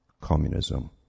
communism